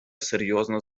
серйозна